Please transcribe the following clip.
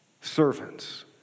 servants